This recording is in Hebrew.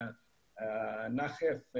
נחף,